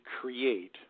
create